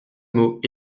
mot